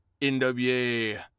NWA